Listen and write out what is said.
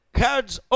cards